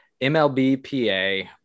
MLBPA